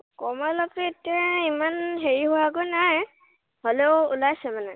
কমলাতো এতিয়া ইমান হেৰি হোৱাগৈ নাই হ'লেও ওলাইছে মানে